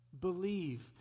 Believe